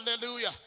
hallelujah